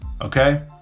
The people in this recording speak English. okay